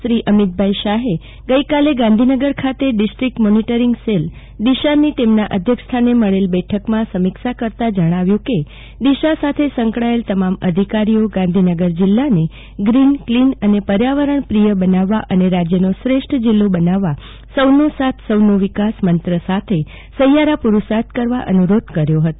શ્રી અમિતભાઇ શાહે ગઈકાલે ગાંધીનગર ખાતે ડિસ્ટ્રિકટ મોનીટીરીંગ સેલ દિશા ની તેમના અધ્યક્ષસ્થાને મળેલ બેઠકમાં સમીક્ષા કરતા જણાવ્યું કે દિશા સાથે સંકાળાયેલ તમામ અધિકારીઓ ગાંધીનગર જિલ્લાને ગ્રીન કલીન અને પર્યાવરણ પ્રિય બનાવવા અને રાજયનો શ્રેષ્ઠ જિલ્લો બનાવવા સૌનો સાથ સૌનો વિકાસ મંત્ર સાથે સહિયારા પુરૂષાર્થ કરવા અનુરોધ કર્યો હતો